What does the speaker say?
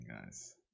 guys